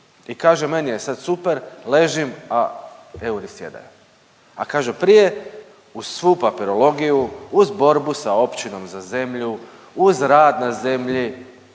i kaže meni je sad super, ležim, a euri sjedaju, a kaže prije uz svu papirologiju, uz borbu sa općinom za zemlju, uz rad na zemlji,